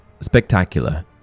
Spectacular